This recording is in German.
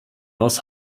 aus